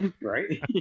Right